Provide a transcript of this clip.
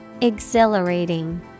Exhilarating